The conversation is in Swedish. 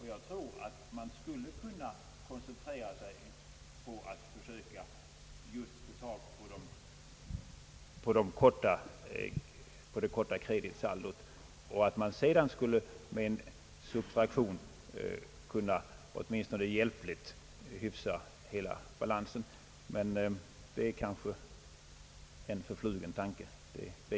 Jag tror att man skulle kunna koncentrera sig på att få tag på det korta kreditsaldot och att man sedan med en subtraktion skulle kunna åtminstone hjälpligt hyfsa hela balansen, men det är kanske en förflugen tanke.